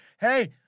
Hey